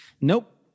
Nope